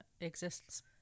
exists